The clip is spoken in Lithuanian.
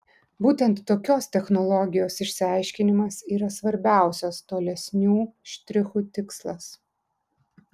būtent tokios technologijos išsiaiškinimas yra svarbiausias tolesnių štrichų tikslas